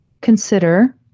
consider